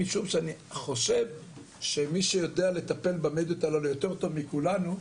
משום שאני חושב שמי שיודע לטפל במדיות הללו יותר טוב מכולנו,